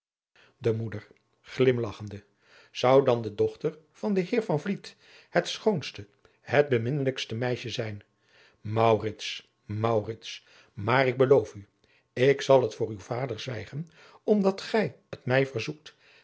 de moeder glimlagchende zou dan de dochter van den heer van vliet het schoonste het beminnelijkste meisje zijn maurits maurits maar ik beloof u ik zal het voor uw vader zwijgen omdat gij het mij verzoekt